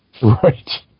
Right